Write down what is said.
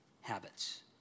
habits